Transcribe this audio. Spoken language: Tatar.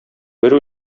бер